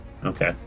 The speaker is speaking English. Okay